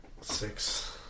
six